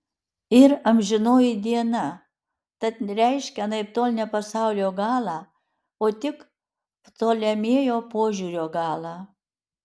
ir amžinoji diena tad reiškia anaiptol ne pasaulio galą o tik ptolemėjo požiūrio galą